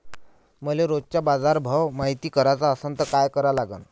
मले रोजचा बाजारभव मायती कराचा असन त काय करा लागन?